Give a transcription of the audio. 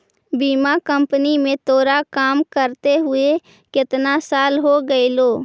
बीमा कंपनी में तोरा काम करते हुए केतना साल हो गेलो